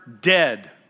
dead